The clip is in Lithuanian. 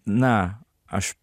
na aš